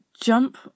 jump